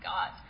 God